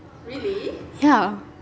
ya